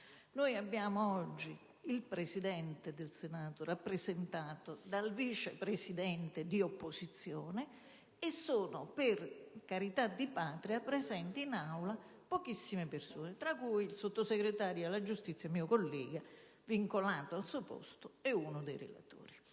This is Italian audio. Abbiamo oggi il Presidente del Senato rappresentato dal Vice Presidente di opposizione e sono, per carità di Patria, presenti in Aula pochissime persone, tra cui il Sottosegretario alla giustizia, mio collega, vincolato al suo posto, e uno dei relatori.